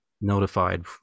notified